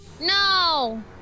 No